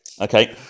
Okay